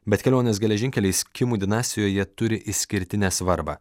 bet kelionės geležinkeliais kimų dinastijoje jie turi išskirtinę svarbą